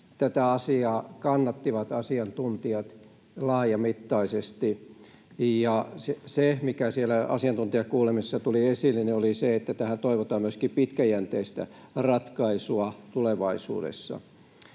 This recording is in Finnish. tätä asiaa kannattivat asiantuntijat laajamittaisesti. Ja se, mikä siellä asiantuntijakuulemisessa tuli esille, oli se, että tähän toivotaan pitkäjänteistä ratkaisua tulevaisuudessa.